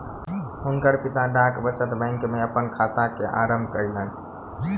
हुनकर पिता डाक बचत बैंक में अपन खाता के आरम्भ कयलैन